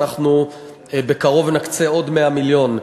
ואנחנו בקרוב נקצה עוד 100 מיליון.